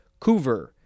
Coover